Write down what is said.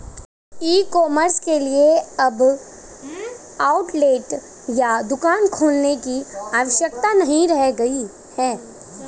ई commerce के लिए अब आउटलेट या दुकान खोलने की आवश्यकता नहीं रह गई है